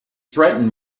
threaten